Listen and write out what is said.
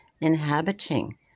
inhabiting